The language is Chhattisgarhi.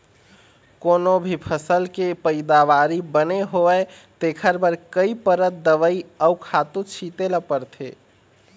कोनो भी फसल के पइदावारी बने होवय तेखर बर कइ परत दवई अउ खातू छिते ल परथे